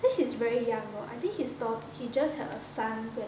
then he's very young lor I think his daught~ he just had a son